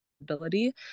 ability